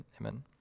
Amen